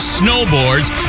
snowboards